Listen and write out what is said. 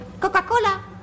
Coca-Cola